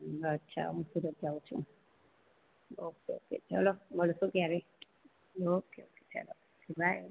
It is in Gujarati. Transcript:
અચ્છા હું સુરત જાઉ છું ઓકે ઓકે ચલો મળશું ત્યારે ઓકે ઓકે ચલો બાય